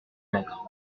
mètres